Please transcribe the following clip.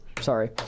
Sorry